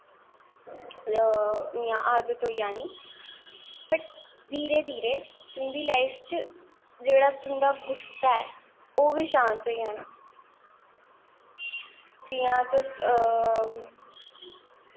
इ'यां आदत होई जानी वट् धीरे धीरे तुं'दी लाइफ च जेह्ड़ा तुं'दा गुस्सा ऐ ओह् बी शांत होई जाना जि'यां तुस